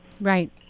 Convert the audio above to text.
right